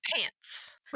pants